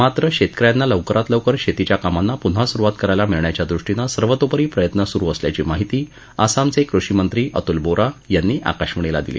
मात्र शेतक यांना लवकरात लवकर शेतीच्या कामांना पुन्हा सुरुवात करायला मिळण्याच्या दृष्टीने सर्वतोपरी प्रयत्न सुरु असल्याची माहिती आसामचे कृषीमंत्री अतुल बोरा यांनी आकाशवाणीला दिली